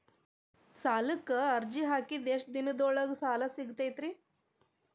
ಸಾಲಕ್ಕ ಅರ್ಜಿ ಹಾಕಿದ್ ಎಷ್ಟ ದಿನದೊಳಗ ಸಾಲ ಸಿಗತೈತ್ರಿ?